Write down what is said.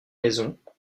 maisons